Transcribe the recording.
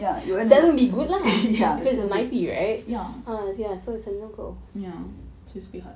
ya you earn a lot ya so it's a bit hard